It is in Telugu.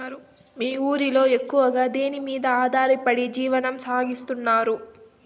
మీ ఊరిలో ఎక్కువగా దేనిమీద ఆధారపడి జీవనం సాగిస్తున్నారు?